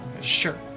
Sure